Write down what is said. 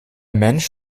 mensch